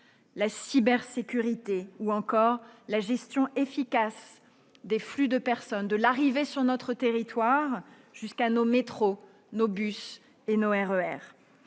la cybersécurité, ou encore la gestion efficace des flux de personnes, depuis l'arrivée sur le territoire national jusqu'à nos métros, nos bus et nos RER.